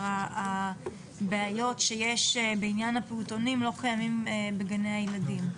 והבעיות שיש בעניין הפעוטונים לא קיימות בגני הילדים.